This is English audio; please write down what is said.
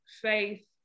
faith